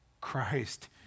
Christ